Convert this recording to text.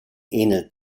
ähnelt